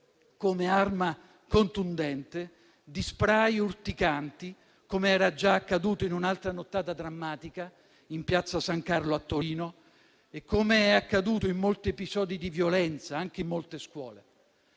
come arma contundente di *spray* urticanti, com'era già accaduto in un'altra nottata drammatica in Piazza San Carlo a Torino e com'è accaduto in molti episodi di violenza anche in molte scuole.